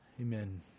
Amen